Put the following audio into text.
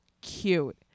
cute